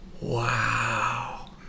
Wow